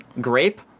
Grape